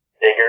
bigger